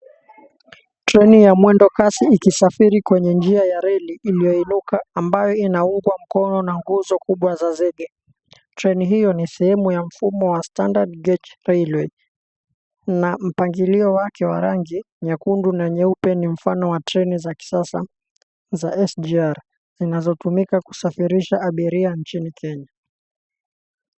Treni ya mwendo kasi ikisafiri kwenye njia ya reli iliyoinuka ambayo inaungwa mkono na nguzo kubwa za zege. Treni hiyo ni sehemu ya mfumo wa standard gauge railway na mpangilio wake wa rangi nyekundu na nyeupe ni mfano wa treni za kisasa za SGR zinazotumika kusafirisha abiria nchini Kenya.